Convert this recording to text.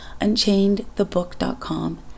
unchainedthebook.com